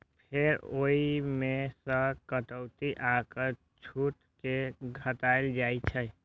फेर ओइ मे सं कटौती आ कर छूट कें घटाएल जाइ छै